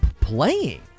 playing